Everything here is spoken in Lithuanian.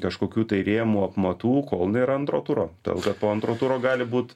kažkokių tai rėmų apmatų kol nėra antro turo todėl kad po antro turo gali būt